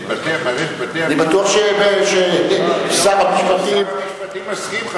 אני בטוח ששר המשפטים, שר המשפטים מסכים.